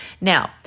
Now